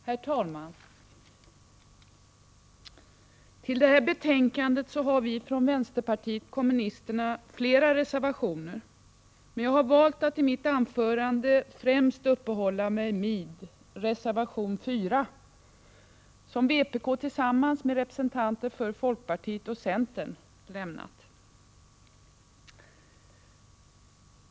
Herr talman! Till det här betänkandet har vi från vänsterpartiet kommunisterna fogat flera reservationer, men jag väljer att i mitt anförande främst uppehålla mig vid reservation 4, som vpk tillsammans med representanter för folkpartiet och centern avgivit.